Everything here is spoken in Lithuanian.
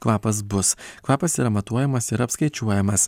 kvapas bus kvapas yra matuojamas ir apskaičiuojamas